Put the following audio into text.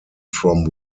from